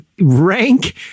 rank